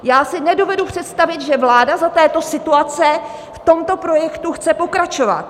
Já si nedovedu představit, že vláda za této situace v tomto projektu chce pokračovat.